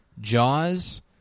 Jaws